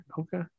okay